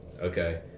okay